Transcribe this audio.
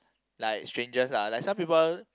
like strangers lah like some people